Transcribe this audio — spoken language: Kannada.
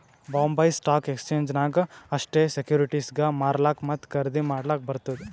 ಬಾಂಬೈ ಸ್ಟಾಕ್ ಎಕ್ಸ್ಚೇಂಜ್ ನಾಗ್ ಅಷ್ಟೇ ಸೆಕ್ಯೂರಿಟಿಸ್ಗ್ ಮಾರ್ಲಾಕ್ ಮತ್ತ ಖರ್ದಿ ಮಾಡ್ಲಕ್ ಬರ್ತುದ್